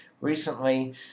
recently